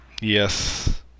Yes